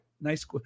nice